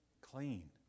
clean